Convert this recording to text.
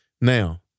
Now